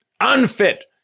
unfit